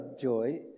joy